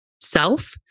self